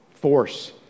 force